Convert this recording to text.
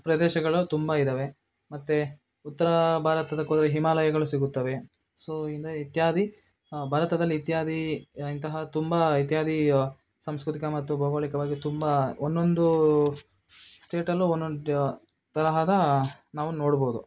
ಪ್ರದೇಶಗಳು ತುಂಬ ಇದ್ದಾವೆ ಮತ್ತು ಉತ್ತರ ಭಾರತದಕ್ಕೋದ್ರೆ ಹಿಮಾಲಯಗಳು ಸಿಗುತ್ತವೆ ಸೊ ಇನ್ನು ಇತ್ಯಾದಿ ಭಾರತದಲ್ಲಿ ಇತ್ಯಾದಿ ಇಂತಹ ತುಂಬ ಇತ್ಯಾದಿ ಸಾಂಸ್ಕೃತಿಕ ಮತ್ತು ಭೌಗೋಳಿಕವಾಗಿ ತುಂಬ ಒನ್ನೊಂದು ಸ್ಟೇಟಲ್ಲು ಒನ್ನೊಂದು ತರಹದ ನಾವು ನೋಡ್ಬೋದು